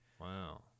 Wow